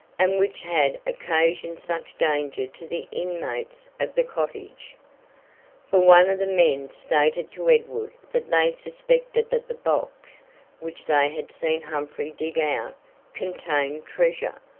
and which had occasioned such danger to the inmates of the cottage for one of the men stated to edward that they suspected that the box which they had seen humphrey dig out contained treasure,